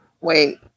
Wait